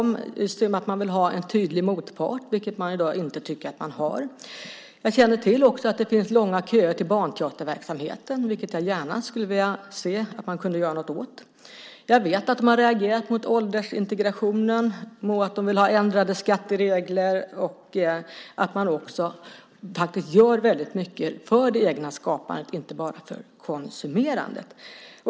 De vill ha en tydlig motpart, vilket de i dag inte tycker att de har. Jag känner också till att det finns långa köer till barnteaterverksamheten, vilket jag gärna skulle vilja se att man kunde göra något åt. Jag vet att de har reagerat när det gäller åldersintegrationen och att de vill ha ändrade skatteregler och att de faktiskt gör väldigt mycket för det egna skapandet, inte bara för konsumerandet.